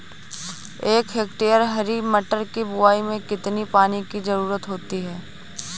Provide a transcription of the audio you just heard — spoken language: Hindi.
एक हेक्टेयर हरी मटर की बुवाई में कितनी पानी की ज़रुरत होती है?